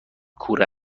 کوره